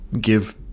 give